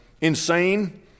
insane